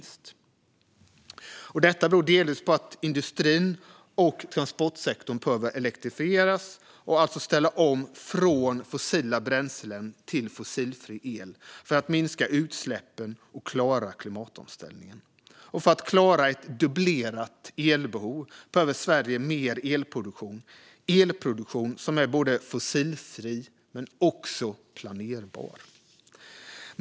Detta beror delvis på att industrin och transportsektorn behöver elektrifieras, alltså ställa om från fossila bränslen till fossilfri el, för att minska utsläppen och klara klimatomställningen. För att klara ett dubblerat elbehov behöver Sverige mer elproduktion - elproduktion som är fossilfri men också planerbar.